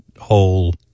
whole